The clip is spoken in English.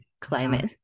climate